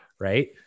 Right